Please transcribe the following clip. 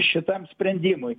šitam sprendimui